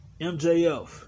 MJF